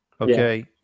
Okay